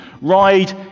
ride